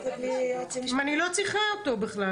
שלום לכולם,